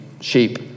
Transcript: sheep